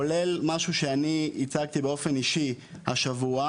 כולל משהו שאני ייצגתי באופן אישי השבוע,